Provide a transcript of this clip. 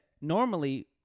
normally